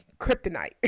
kryptonite